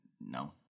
no